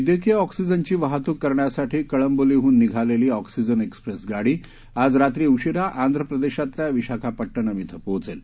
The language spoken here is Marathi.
वैद्यकीय ऑक्सीजनची वाहतूक करण्यासाठी कळंबोलीहून निघालेली ऑक्सीजन एक्सप्रेस गाडी आज रात्री उशिरा आंध्रप्रदेशातल्या विशाखापट्टणम िं पोहोचेल